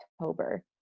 October